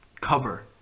cover